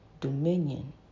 dominion